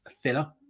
Filler